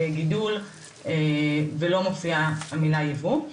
גידול ולא מופיעה המילה ייבוא.